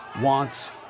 wants